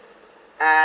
uh